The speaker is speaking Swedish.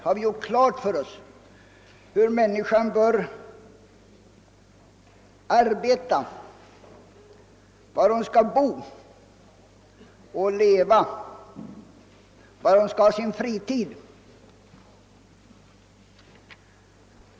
Har vi gjort klart för oss hur människan bör arbeta, var hon skall bo och leva, var hon skall ha sin fritid?